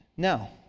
Now